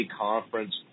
Conference